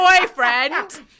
boyfriend